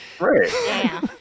Right